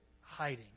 hiding